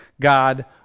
God